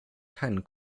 keinen